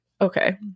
okay